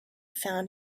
found